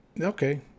okay